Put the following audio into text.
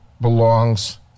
belongs